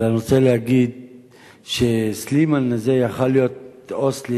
אבל אני רוצה להגיד שסילמן הזה יכול היה להיות סלימן,